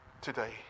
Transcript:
today